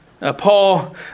Paul